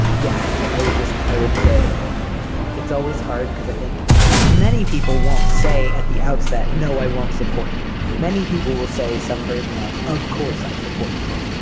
yeah. and i would just i would say it's always hard because i think many people won't say at the outset, no, i won't support you. many people will say some version of of course i support you.